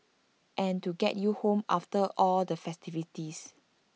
and to get you home after all the festivities